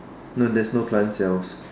no there is no plant cells